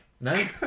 no